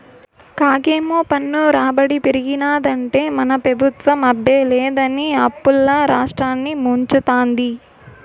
కాగేమో పన్ను రాబడి పెరిగినాదంటే మన పెబుత్వం అబ్బే లేదని అప్పుల్ల రాష్ట్రాన్ని ముంచతాంది